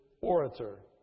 orator